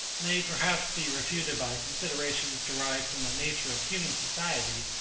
may perhaps be refuted by considerations derived from the nature of human society,